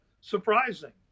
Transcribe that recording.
surprising